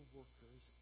workers